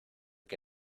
que